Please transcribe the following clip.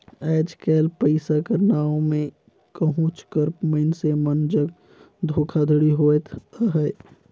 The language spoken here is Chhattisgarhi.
आएज काएल पइसा कर नांव में कहोंच कर मइनसे मन जग धोखाघड़ी होवत अहे